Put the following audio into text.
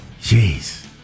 jeez